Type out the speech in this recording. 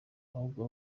ahubwo